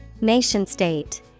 Nation-state